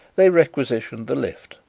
they requisitioned the lift,